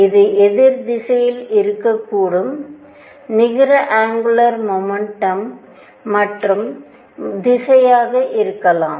இது எதிர் திசையில் இருக்கக்கூடும் நிகர அங்குலார் மொமெண்டம் மற்ற திசையாக இருக்கலாம்